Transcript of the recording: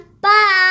Bye